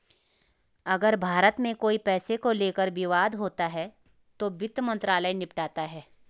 अगर भारत में कोई पैसे को लेकर विवाद होता है तो वित्त मंत्रालय निपटाता है